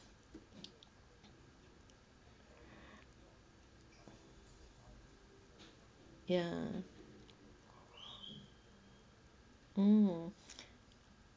ya mm